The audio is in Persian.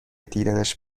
دیدنش